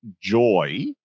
joy